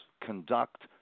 conduct